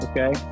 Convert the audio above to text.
Okay